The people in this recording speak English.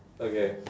okay